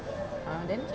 ah then